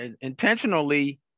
intentionally